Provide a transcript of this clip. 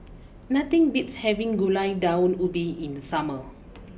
nothing beats having Gulai Daun Ubi in the summer